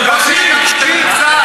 רגע, תקשיב.